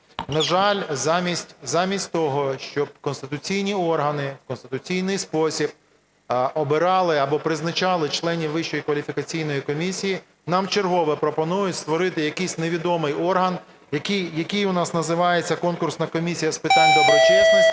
На жаль, замість того, щоб конституційні органи в конституційний спосіб обирали або призначали членів Вищої кваліфікаційної комісії, нам вчергове пропонують створити якийсь невідомий орган, який у нас називається Конкурсна комісія з питань доброчесності.